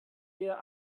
der